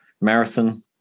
marathon